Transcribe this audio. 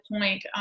point